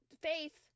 Faith